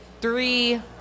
three